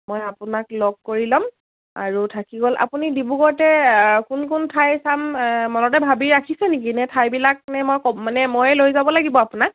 মই আপোনাক লগ কৰি ল'ম আৰু থাকি গ'ল আপুনি ডিব্ৰুগড়তে কোন কোন ঠাই চাম মনতে ভাবি ৰাখিছে নেকি নে ঠাইবিলাক নে মই কম মানে ময়ে লৈ যাব লাগিব আপোনাক